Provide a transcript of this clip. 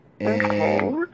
Okay